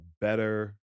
better